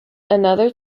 another